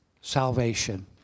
salvation